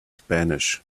spanish